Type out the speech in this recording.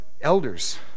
elders